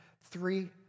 Three